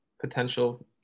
potential